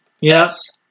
Yes